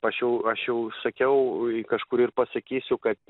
aš jau aš jau sakiau kažkur ir pasakysiu kad